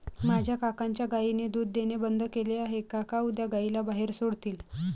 माझ्या काकांच्या गायीने दूध देणे बंद केले आहे, काका उद्या गायीला बाहेर सोडतील